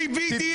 (חבר הכנסת ולדימיר בליאק יוצא מאולם הוועדה) פינדרוס,